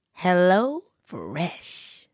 HelloFresh